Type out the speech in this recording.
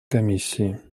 комиссии